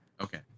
Okay